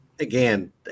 Again